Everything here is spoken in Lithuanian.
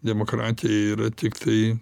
demokratija yra tiktai